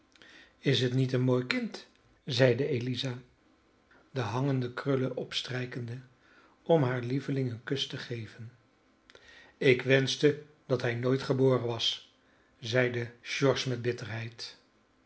is het niet een mooi kind zeide eliza de hangende krullen opstrijkende om haar lieveling een kus te geven ik wenschte dat hij nooit geboren was zeide george met bitterheid